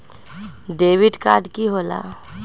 Debit card की होला?